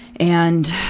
and,